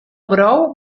brou